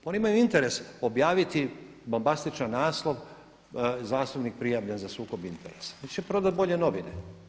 Oni imaju interes objaviti bombastičan naslov zastupnik prijavljen za sukob interesa jer će prodati bolje novine.